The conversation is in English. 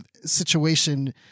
situation